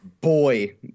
Boy